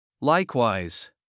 Likewise